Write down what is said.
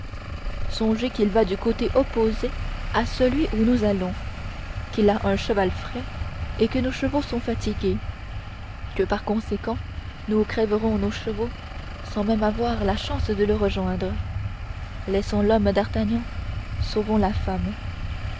songez qu'il va du côté opposé à celui où nous allons qu'il a un cheval frais et que nos chevaux sont fatigués que par conséquent nous crèverons nos chevaux sans même avoir la chance de le rejoindre laissons l'homme d'artagnan sauvons la femme